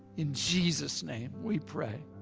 in jesus' name we pray,